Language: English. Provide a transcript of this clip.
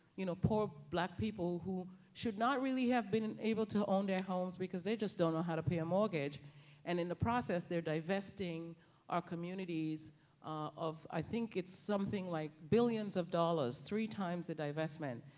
you know, poor black people who should not really have been able to own their homes because they just don't know how to pay a mortgage and in the process, they're divesting our communities of, i think it's something like billions of dollars, three times the divestment,